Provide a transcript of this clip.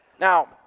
Now